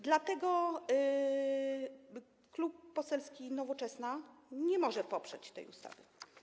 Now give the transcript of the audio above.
Dlatego Klub Poselski Nowoczesna nie może poprzeć tej ustawy.